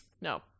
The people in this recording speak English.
No